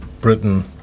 Britain